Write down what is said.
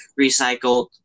recycled